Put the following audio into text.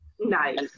Nice